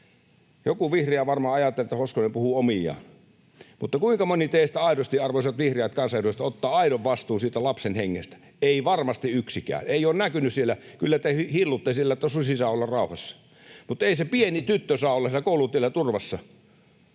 Joku vihreä varmaan ajattelee, että Hoskonen puhuu omiaan, mutta kuinka moni teistä aidosti, arvoisat vihreät kansanedustajat, ottaa aidon vastuun siitä lapsen hengestä? Ei varmasti yksikään. Ei ole näkynyt siellä. Kyllä te hillutte siellä, että susi saa olla rauhassa, mutta ei se pieni tyttö saa olla siellä koulutiellä turvassa.